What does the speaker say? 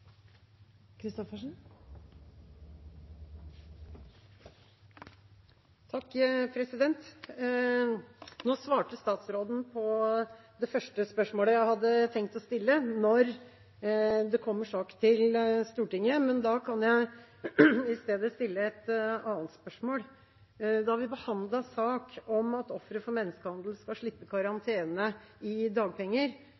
blir replikkordskifte. Nå svarte statsråden på det første spørsmålet jeg hadde tenkt å stille, om når det kommer en sak til Stortinget. Da kan jeg i stedet stille et annet spørsmål: Da vi behandlet saken om at ofre for menneskehandel skulle slippe